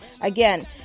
Again